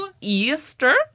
easter